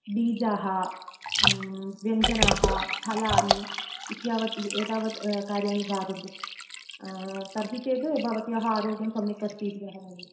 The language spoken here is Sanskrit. बीजाः व्यञ्जनाः फलानि इति यावत् एतावत् कार्याणि खादन्तु तर्हि चेद् भवत्याः आरोग्यं सम्यक् अस्ति इति अहं मन्ये